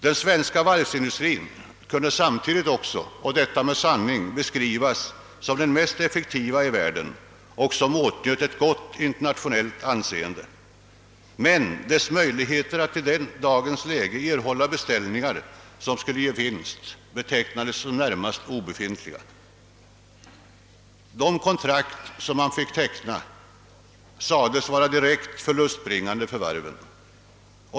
Den svenska varvsindustrin kunde samtidigt och med sanning beskrivas som den mest effektiva i världen och åtnjöt ett gott internationellt anseende, men dess möjligheter att i den dagens läge erhålla beställningar som skulle ge vinst betecknades som närmast obefintliga. De kontrakt som man fick teckna sades vara direkt förlustbringande för varven.